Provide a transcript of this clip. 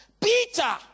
Peter